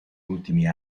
ultimi